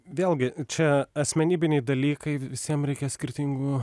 vėlgi čia asmenybiniai dalykai visiem reikia skirtingų